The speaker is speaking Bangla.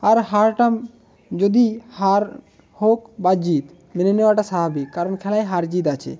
আর হারাটা যদি হার হোক বা জিত মেনে নেওয়াটা স্বাভাবিক কারণ খেলায় হার জিত আছে